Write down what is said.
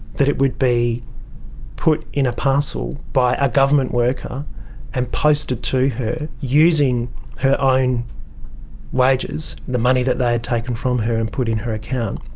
that it would be put in a parcel by a government worker and posted to her using her own wages, the money that they had taken from her and put in her account.